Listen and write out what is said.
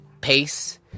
pace